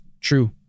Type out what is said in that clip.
True